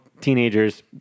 teenagers